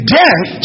death